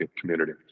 community